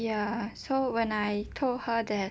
ya so when I told her that